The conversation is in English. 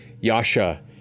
Yasha